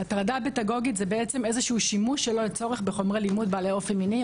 הטרדה פדגוגית זה שימוש שלא לצורך בחומרי לימוד בעלי אופי מיני.